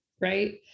right